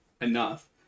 enough